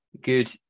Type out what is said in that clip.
good